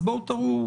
אז בואו תראו